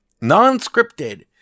non-scripted